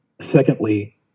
Secondly